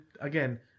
Again